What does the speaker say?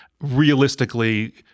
realistically